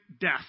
death